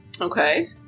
Okay